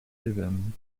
given